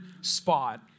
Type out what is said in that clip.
spot